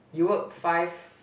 you work five